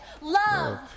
Love